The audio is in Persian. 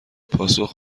پاسخ